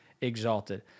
exalted